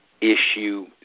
issue